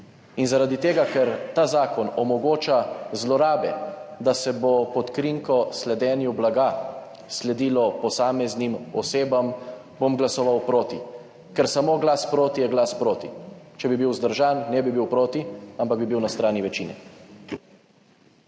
Zaradi tega, ker ta zakon omogoča zlorabe, da se bo pod krinko sledenja blagu sledilo posameznim osebam, bom glasoval proti, ker samo glas proti je glas proti, če bi bil vzdržan, ne bi bil proti, ampak bi bil na strani večine.